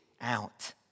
out